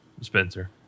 Spencer